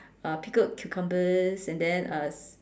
uh pickled cucumbers and then uh